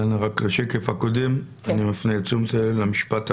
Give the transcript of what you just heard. בשקף הקודם אני מפנה את תשומת הלב למשפט האחרון.